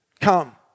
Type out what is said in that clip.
come